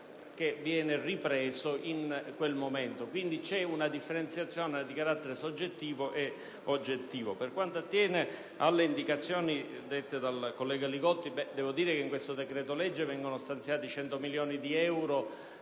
che viene ripreso in quel momento. Dunque vi è una differenziazione di carattere soggettivo e oggettivo. Per quanto attiene poi alle indicazioni del collega Li Gotti, preciso che con questo decreto-legge vengono stanziati 100 milioni di euro